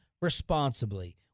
responsibly